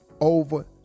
over